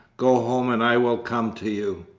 go home and i will come to you!